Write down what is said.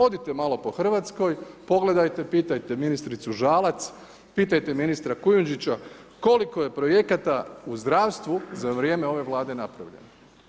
Odite malo po Hrvatskoj, pogledajte, pitajte ministricu Žalac, pitajte ministra Kujundžića koliko je projekata u zdravstvu za vrijeme ove Vlade napravljeno.